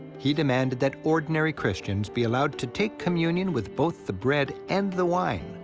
he demanded that ordinary christians be allowed to take communion with both the bread and the wine,